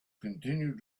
continue